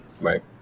Right